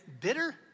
bitter